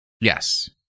Yes